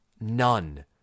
none